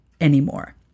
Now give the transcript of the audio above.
anymore